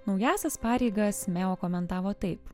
naująsias pareigas meo komentavo taip